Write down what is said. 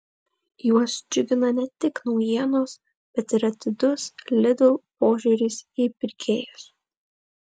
juos džiugina ne tik naujienos bet ir atidus lidl požiūris į pirkėjus